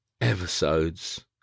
episodes